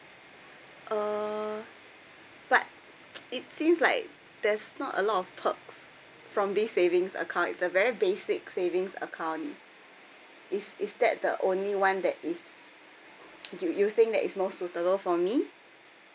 uh but it seems like there's not a lot of perks from this savings account it's a very basic savings account is is that the only one that is do you think that it's most suitable for me